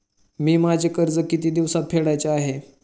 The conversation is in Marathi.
मी माझे कर्ज किती दिवसांत फेडायचे आहे?